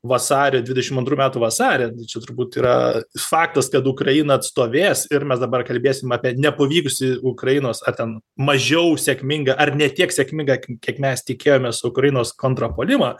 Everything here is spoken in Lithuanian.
vasarį dvidešim antrų metų vasarį tai čia turbūt yra faktas kad ukraina atstovės ir mes dabar kalbėsim apie nepavykusį ukrainos ar ten mažiau sėkmingą ar ne tiek sėkmingą kiek mes tikėjomės ukrainos kontrapuolimą